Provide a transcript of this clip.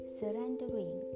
surrendering